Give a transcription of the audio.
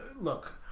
Look